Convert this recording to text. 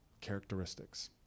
characteristics